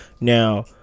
Now